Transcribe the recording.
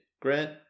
Grant